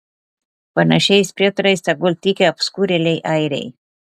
panašiais prietarais tegul tiki apskurėliai airiai